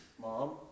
mom